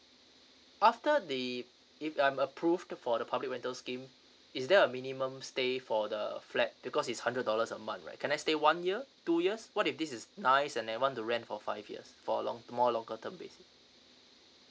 after the if I'm approved the for the public rental scheme is there a minimum stay for the flat because is hundred dollars a month right can I stay one year two years what if this is nice and I want to rent for five years for long to more longer term basis